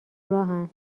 راهن